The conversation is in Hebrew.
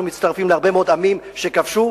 אנחנו מצטרפים להרבה מאוד עמים שכבשו.